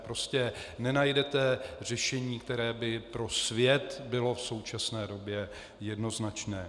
Prostě nenajdete řešení, které by pro svět bylo v současné době jednoznačné.